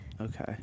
Okay